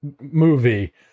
movie